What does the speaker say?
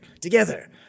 together